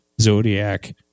Zodiac